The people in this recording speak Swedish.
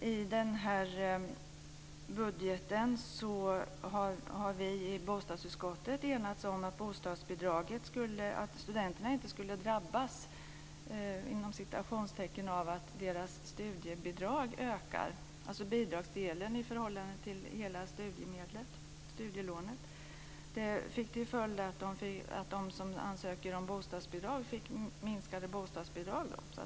I den här budgeten har vi i bostadsutskottet enats om att studenterna inte skulle "drabbas" av att deras studiebidrag ökar, dvs. bidragsdelen i förhållande till hela studielånet, vilket får till följd att de som ansöker om bostadsbidrag får minskade bostadsbidrag.